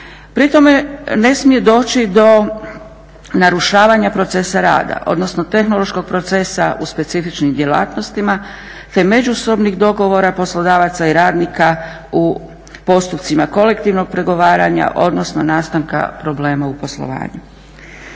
Pri tome ne smije doći do narušavanja procesa rada, odnosno tehnološkog procesa u specifičnim djelatnostima te međusobnih dogovora poslodavaca i radnika u postupcima kolektivnog pregovaranja, odnosno nastanka problema u poslovanju.